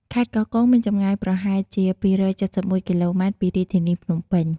ខេត្តកោះកុង មានចម្ងាយប្រហែលជា២៧១គីឡូម៉ែត្រពីរាជធានីភ្នំពេញ។